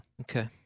Okay